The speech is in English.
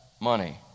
money